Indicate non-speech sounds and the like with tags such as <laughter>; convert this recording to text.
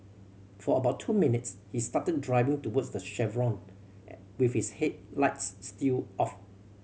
for about two minutes he started driving towards the chevron <unintelligible> with his headlights still off